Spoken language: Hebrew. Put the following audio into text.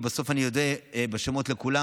ובסוף אני אודה בשמות לכולם.